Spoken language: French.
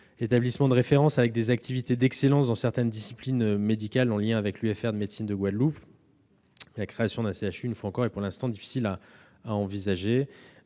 établissement de référence, avec des activités d'excellence dans certaines disciplines médicales, en lien avec l'UFR de médecine de Guadeloupe. La création d'un CHU, une fois encore, est pour l'instant difficile à envisager.